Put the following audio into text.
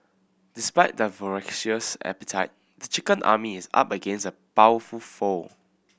despite their voracious appetite the chicken army is up against a powerful foe